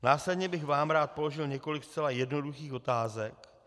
Následně bych vám rád položil několik zcela jednoduchých otázek.